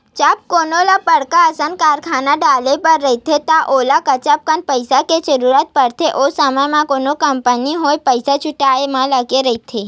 जब कोनो ल बड़का असन कारखाना डाले बर रहिथे त ओला गजब कन पइसा के जरूरत होथे, ओ समे म कोनो कंपनी होय पइसा जुटाय म लगे रहिथे